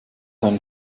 einen